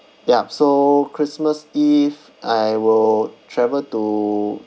yup so christmas eve I will travel to